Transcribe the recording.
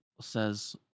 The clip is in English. says